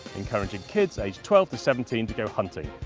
encouraging kids aged twelve to seventeen to go hunting,